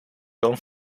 dan